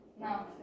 No